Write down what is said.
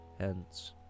hence